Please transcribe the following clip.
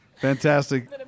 Fantastic